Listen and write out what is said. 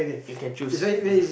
you can choose